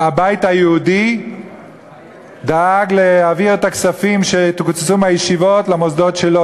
הבית היהודי דאג להעביר את הכספים שקוצצו מהישיבות למוסדות שלו,